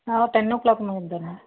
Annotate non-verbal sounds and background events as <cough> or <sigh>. <unintelligible> ten o'clock ಮೇಲೆ ಬನ್ನಿ